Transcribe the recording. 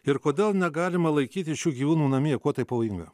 ir kodėl negalima laikyti šių gyvūnų namie kuo tai pavojinga